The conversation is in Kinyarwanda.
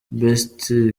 best